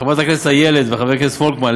חברת הכנסת איילת וחבר הכנסת פולקמן,